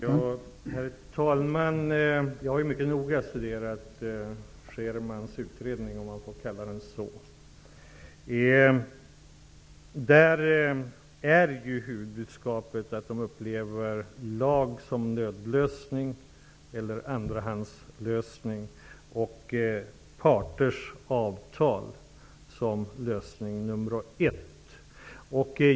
Herr talman! Jag har mycket noga studerat Schermans utredning. Huvudbudskapet är där att man upplever lagstiftning som en nödlösning eller andrahandslösning. Lösning nr 1 är avtal mellan parterna.